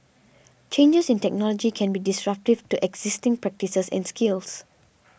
changes in technology can be disruptive to existing practices and skills